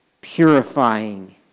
purifying